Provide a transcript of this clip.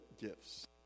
gifts